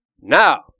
Now